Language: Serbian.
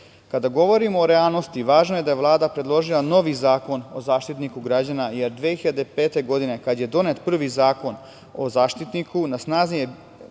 tela. Kada govorimo o realnosti, važno je da je Vlada predložila novi Zakon o Zaštitniku građana, jer 2005. godine, kad je donet prvi Zakon o Zaštitniku, na snazi je bio